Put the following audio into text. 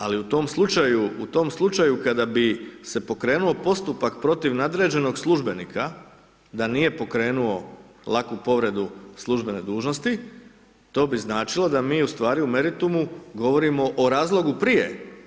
Ali u tom slučaju kada bi se pokrenuo postupak protiv nadređenog službenika da nije pokrenuo laku povredu službene dužnosti, to bi značilo da mi ustvari u meritumu govorimo o razlogu prije.